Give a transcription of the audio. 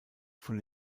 von